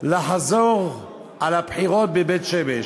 לחזור על הבחירות בבית-שמש,